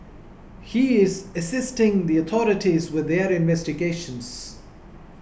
he is assisting the authorities with their investigations